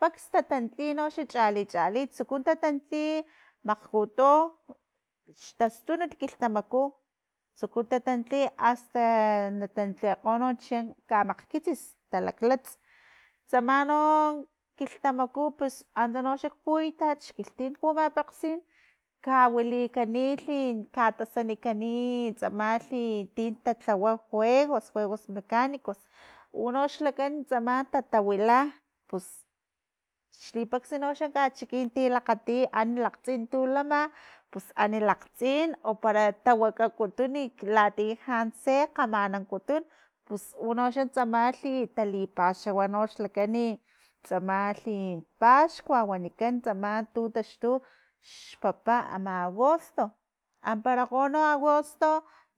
Paks tatantli chali chali tsuku tatantli makgkuto, xtastunut kiltamaku, tsuku tatantli asta na tantlikgo no chi kamakgkitsis talaklats tsama no likhtamaku pus antsa no puitat xkilhtim pumapakgsin kawilikani lhi katasanikani i tsamalhi i tin tatlawa juegos, juegos mecanicos unoxlakan tsama tatawila, pus xlipaxa no kachikin unti lakgati ti ani lakgtsin tu lama pus ani lakgtsin o para tawakakutun latiya lhantse tse kgamanankutun pus unoxa tsamalhi talipaxawa nox lakani tsamalhi i paxkua wanikan tsama tun taxtu xpapa ama agosto amparakgo no agosto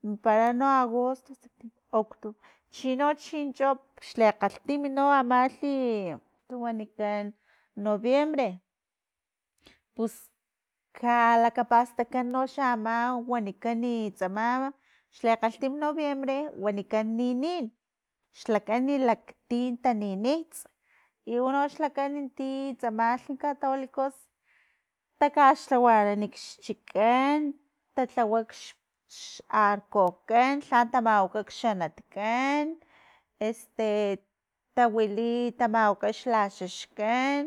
minpara no agosto septiembre, octubre chini chincho xle kgalhtim no amalhi itu wanikan noviembre, pus kalakapastakan noxa ama wanikani itsama xlekgalhtim noviembr. e wanikan linin xlakan tin taninits i unox lakan ti tsamalhi catolicos takaxlhawanani xchikan talhawa xarco kan lha tamawaka xanatkan tawili tamawaka xlaxuxkan